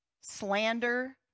slander